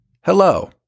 Hello